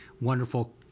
wonderful